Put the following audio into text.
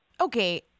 Okay